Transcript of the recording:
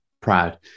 proud